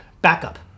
backup